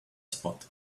spot